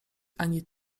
ani